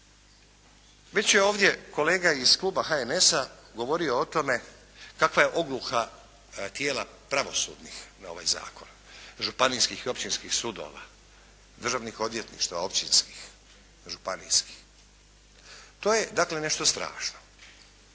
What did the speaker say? Već je ovdje kolega iz kluba HNS-a govorio o tome kakva je odluka tijela pravosudnih na ovaj zakon, županijskih i općinskih sudova, državnih odvjetništava općinskih, županijskih. To je dakle nešto strašno